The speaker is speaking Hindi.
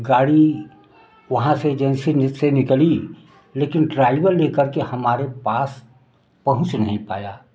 गाड़ी वहाँ से एजेंसी नि से निकली लेकिन ड्राइवर लेकर के हमारे पास पहुँच नहीं पाया